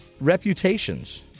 reputations